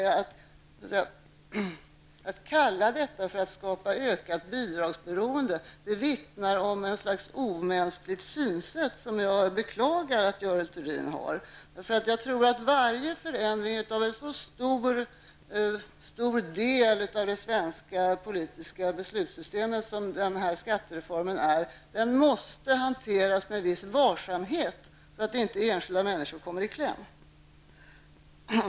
Att kalla detta för att skapa ökat bidragsberoende vittnar om ett slags omänskligt synsätt, som jag beklagar att Varje förändring av en så stor del av det svenska politiska beslutssystemet som denna skattereform innebär måste hanteras med en viss varsamhet, så att inte enskilda människor kommer i kläm.